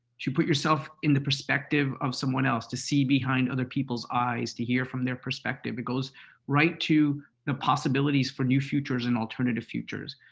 to put yourself in the perspective of someone else. to see behind other people's eyes. to hear from their perspective. it goes right to the possibilities for new futures and alternative futures.